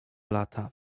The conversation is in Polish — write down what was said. lata